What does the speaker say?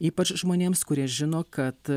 ypač žmonėms kurie žino kad